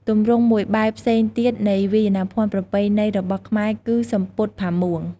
ទម្រង់មួយបែបផ្សេងទៀតនៃវាយភ័ណ្ឌប្រពៃណីរបស់ខ្មែរគឺ សំពត់ផាមួង។